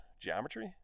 geometry